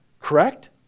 Correct